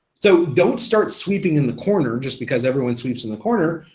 so don't start sweeping in the corner just because everyone sweeps in the corner,